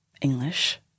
English